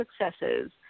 successes